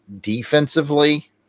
defensively